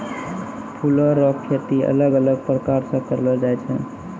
फूलो रो खेती अलग अलग प्रकार से करलो जाय छै